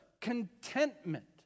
Contentment